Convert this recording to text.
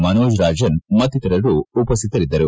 ಮನೋಜ್ ರಾಜನ್ ಮತ್ತಿತರರು ಉಪಶ್ಚಿತರಿದ್ದರು